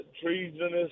treasonous